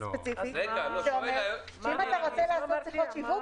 ספציפי שאומר שאם אתה רוצה לעשות שיחות שיווק,